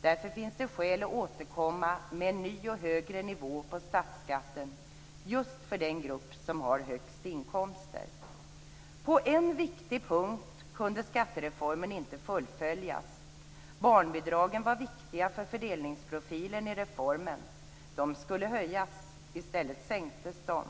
Därför finns det skäl att återkomma med en ny och högre nivå på statsskatten just för den gruppen med de högsta inkomsterna. På en viktig punkt kunde skattereformen inte fullföljas. Barnbidragen var viktiga för fördelningsprofilen i reformen. De skulle höjas. I stället sänktes de.